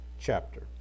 chapter